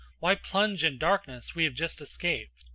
why plunge in darkness we have just escaped?